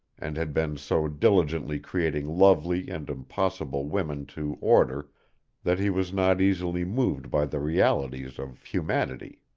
and had been so diligently creating lovely and impossible women to order that he was not easily moved by the realities of humanity.